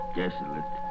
desolate